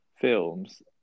films